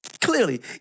clearly